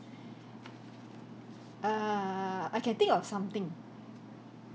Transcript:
err I can think of something